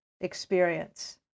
experience